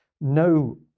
No